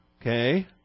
Okay